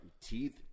teeth